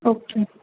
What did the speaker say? okay